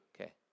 Okay